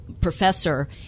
professor